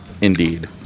Indeed